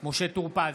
משה טור פז,